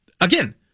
Again